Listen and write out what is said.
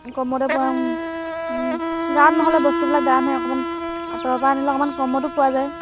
কমতে পাম গাঁৱত নহ'লে বস্তুবিলাক দামহে অকণমান আঁতৰৰ পৰা আনিলে অকণমান কমতো পোৱা যায়